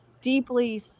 deeply